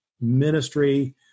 ministry